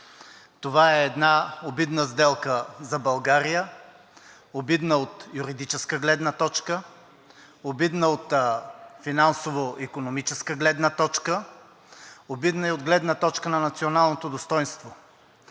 Това е една обидна сделка за България, обидна от юридическа гледна точка, обидна от финансово икономическа гледна точка, обидна и от гледна точка на националното достойнство.